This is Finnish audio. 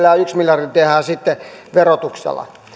ja yksi miljardi tehdään sitten verotuksella